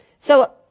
so,